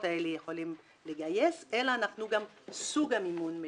האלה יכולות לגייס אלא גם סוג המימון משנה.